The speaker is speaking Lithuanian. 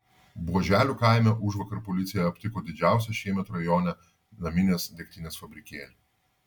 buoželių kaime užvakar policija aptiko didžiausią šiemet rajone naminės degtinės fabrikėlį